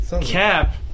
Cap